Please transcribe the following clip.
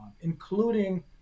including